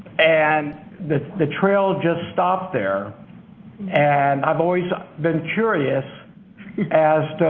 and the the trail just stopped there and i've always been curious as to